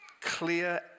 clear